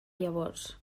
llavors